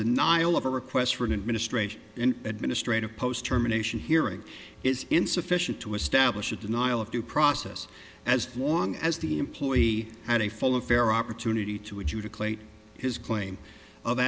denial of a request for an administration in administrative post terminations hearing is insufficient to establish a denial of due process as long as the employee had a full of fair opportunity to adjudicate his claim of